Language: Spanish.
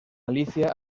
alicia